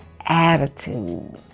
attitude